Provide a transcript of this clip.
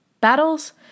Battles